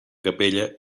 capella